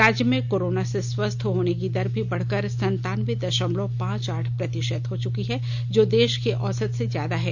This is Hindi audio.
राज्य में कोरोना से स्वस्थ होने की दर भी बढ़कर संतान्बे दशमलव पांच आठ प्रतिशत हो चुकी है जो देश के औसत से ज्यादा है